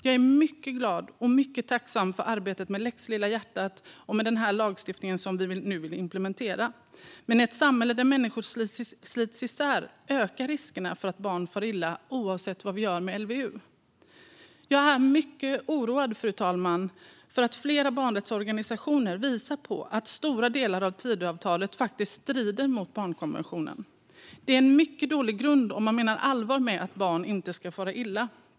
Jag är mycket glad och mycket tacksam för arbetet med lex Lilla hjärtat och med den lagstiftning som vi nu vill implementera, men i ett samhälle där människor slits isär ökar riskerna för att barn far illa oavsett vad vi gör med LVU. Jag är mycket oroad, fru talman, för att flera barnrättsorganisationer visar på att stora delar av Tidöavtalet faktiskt strider mot barnkonventionen. Det är en mycket dålig grund om man menar allvar med att barn inte ska fara illa.